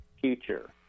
future